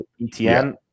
etn